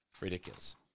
Ridiculous